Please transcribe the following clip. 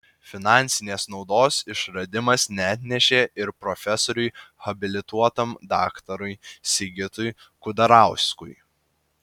finansinės naudos išradimas neatnešė ir profesoriui habilituotam daktarui sigitui kudarauskui